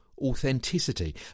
authenticity